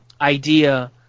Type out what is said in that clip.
idea